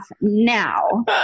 now